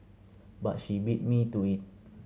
but she beat me to it